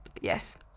Yes